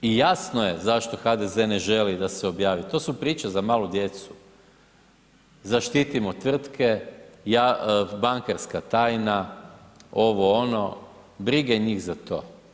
I jasno je zašto HDZ ne želi da se objavi, to su priče za malu djecu, zaštitimo tvrtke, bankarska tajna, ovo, ono, briga njih za to.